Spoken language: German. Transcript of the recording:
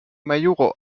majuro